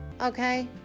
Okay